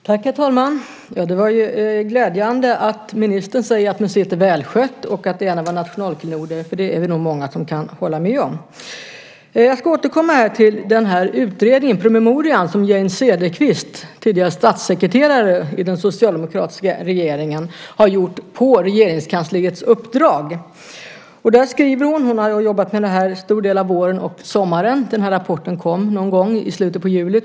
Herr talman! Det var glädjande att ministern säger att museet är välskött och att det är en av våra nationalklenoder. Det är vi nog många som kan hålla med om. Jag ska återkomma till den utredning och promemoria som Jane Cederqvist, tidigare statssekreterare i den socialdemokratiska regeringen, har gjort på Regeringskansliets uppdrag. Hon har jobbat med det här under en stor del av förra våren och sommaren; jag tror att rapporten kom någon gång i slutet på juli.